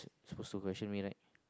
suppose to question me right